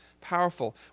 powerful